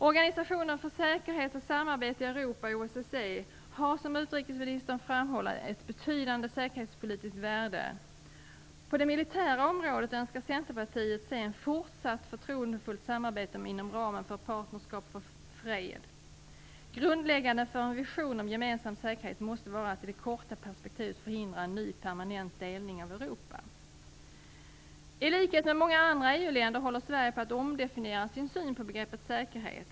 Organisationen för säkerhet och samarbete i Europa, OSSE, har som utrikesministern framhåller ett betydande säkerhetspolitiskt värde. På det militära området önskar Centerpartiet se ett fortsatt förtroendefullt samarbete inom ramen för Partnerskap för fred. Grundläggande för en vision om gemensam säkerhet måste vara att i det korta perspektivet förhindra en ny permanent delning av Europa. I likhet med många andra EU-länder håller Sverige på att omdefiniera sin syn på begreppet säkerhet.